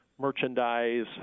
merchandise